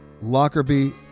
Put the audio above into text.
Lockerbie